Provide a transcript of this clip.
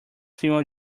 female